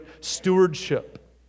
stewardship